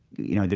you know,